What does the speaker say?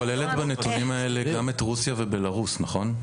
בנתונים האלה את כוללת גם את רוסיה ובלרוס, נכון?